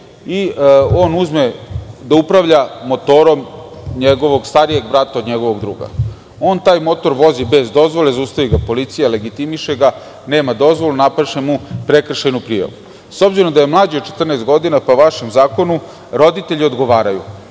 i on uzme da upravlja motorom starijeg brata njegovog druga. On taj motor vozi bez dozvole i zaustavi ga policija, legitimiše ga, nema dozvolu, napiše mu prekršajnu prijavu. S obzirom da je mlađi od 14 godina, po vašem zakonu, roditelji odgovaraju.